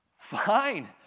fine